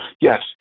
Yes